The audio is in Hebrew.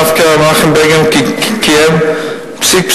דווקא מנחם בגין קיים פסיק-פסיק,